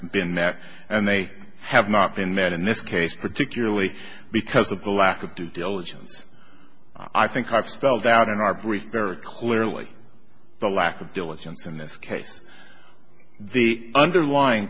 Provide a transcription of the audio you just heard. been met and they have not been met in this case particularly because of the lack of due diligence i think i've spelled out in our brief very clearly the lack of diligence in this case the underlying